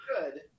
good